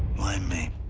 why me?